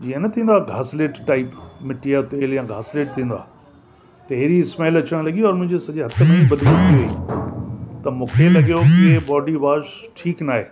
जीअं न थींदो आहे घासलेट टाइप मिटीअ जो तेल या घासलेट थींदो आहे त हेड़ी स्मैल अचणु लॻी ऐं मुंहिंजे सॼे हथ में त मूंखे लॻियो कि हे बॉडी वॉश ठीकु नाहे